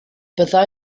bydda